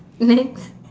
next